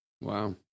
Wow